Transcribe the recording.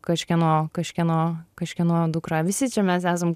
kažkieno kažkieno kažkieno dukra visi čia mes esam